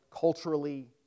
culturally